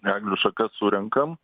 eglių šakas surenkam